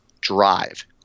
drive